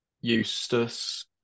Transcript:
Eustace